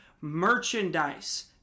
merchandise